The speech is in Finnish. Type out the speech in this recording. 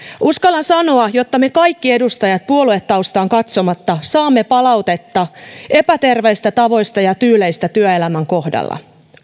uskallan sanoa että me kaikki edustajat puoluetaustaan katsomatta saamme palautetta epäterveistä tavoista ja tyyleistä työelämän kohdalla